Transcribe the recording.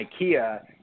Ikea